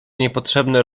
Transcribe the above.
niepotrzebne